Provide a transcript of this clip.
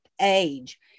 age